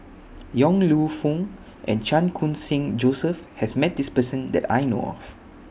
Yong Lew Foong and Chan Khun Sing Joseph has Met This Person that I know of